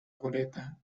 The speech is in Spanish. goleta